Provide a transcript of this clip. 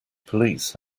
police